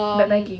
backpacking